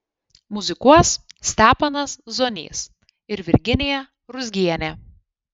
muzikuos steponas zonys ir virginija ruzgienė